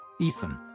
Ethan